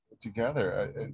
Together